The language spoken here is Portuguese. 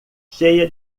cheia